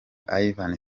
ivan